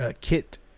Kit